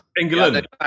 England